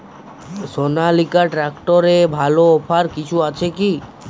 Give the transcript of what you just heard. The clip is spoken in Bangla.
সনালিকা ট্রাক্টরে ভালো অফার কিছু আছে কি?